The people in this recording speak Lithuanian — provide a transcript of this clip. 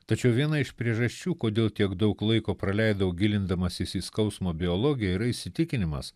tačiau viena iš priežasčių kodėl tiek daug laiko praleidau gilindamasis į skausmo biologiją yra įsitikinimas